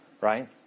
right